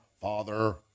Father